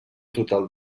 total